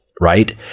right